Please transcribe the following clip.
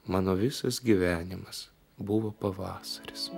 mano visas gyvenimas buvo pavasaris